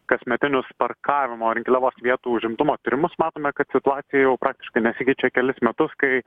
kasmetinius parkavimo rinkliavos vietų užimtumo tyrimus matome kad situacija jau praktiškai nesikeičia kelis metus kai